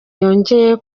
yongeye